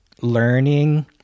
learning